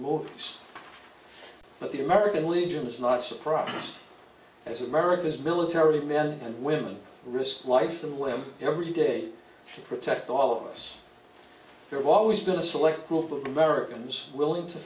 movies but the american legion is not surprising as america's military men and women risk life and limb every day to protect all of us there are always been a select group of americans willing to